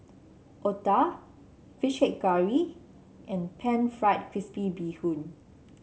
Otah fish head curry and pan fried crispy Bee Hoon